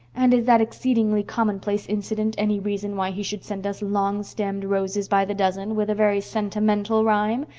and is that exceedingly commonplace incident any reason why he should send us longstemmed roses by the dozen, with a very sentimental rhyme?